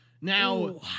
now